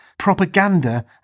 propaganda